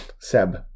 Seb